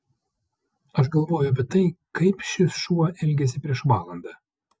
aš galvoju apie tai kaip šis šuo elgėsi prieš valandą